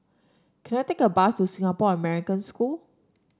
can I take a bus to Singapore American School